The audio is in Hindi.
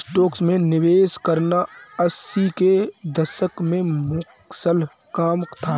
स्टॉक्स में निवेश करना अस्सी के दशक में मुश्किल काम था